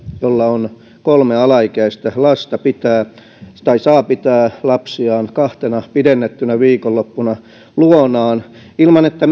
jolla on kolme alaikäistä lasta saa pitää lapsiaan kahtena pidennettynä viikonloppuna luonaan ilman että